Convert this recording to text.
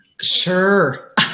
Sure